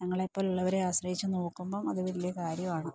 ഞങ്ങളെപ്പോലുള്ളവരെ ആശ്രയിച്ച് നോക്കുമ്പം അത് വലിയ കാര്യമാണ്